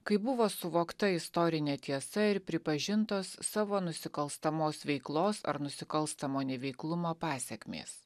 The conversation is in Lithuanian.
kai buvo suvokta istorinė tiesa ir pripažintos savo nusikalstamos veiklos ar nusikalstamo neveiklumo pasekmės